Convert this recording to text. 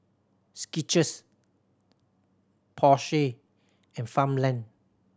Skechers Porsche and Farmland